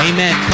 Amen